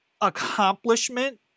accomplishment